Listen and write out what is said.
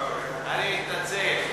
אני מתנצל.